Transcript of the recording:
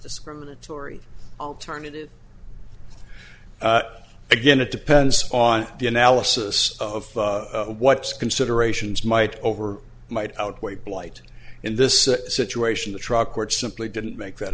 discriminatory alternative again it depends on the analysis of what's considerations might over might outweigh blight in this situation the truck court simply didn't make that